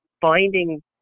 finding